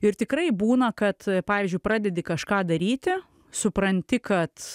ir tikrai būna kad pavyzdžiui pradedi kažką daryti supranti kad